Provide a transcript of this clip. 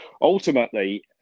ultimately